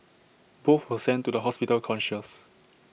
both were sent to the hospital conscious